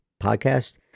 podcast